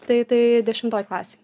tai tai dešimtoj klasėj